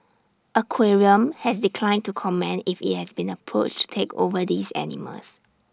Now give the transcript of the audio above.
aquarium has declined to comment if IT has been approached take over these animals